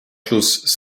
schluss